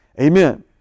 Amen